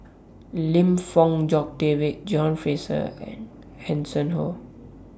Lim Fong Jock David John Fraser and Hanson Ho